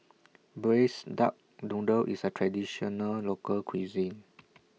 Braised Duck Noodle IS A Traditional Local Cuisine